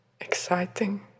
exciting